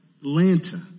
Atlanta